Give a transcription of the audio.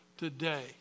Today